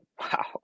wow